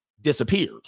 disappeared